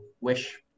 wish